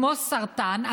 כמו סרטן,